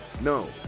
no